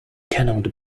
cannot